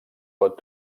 pot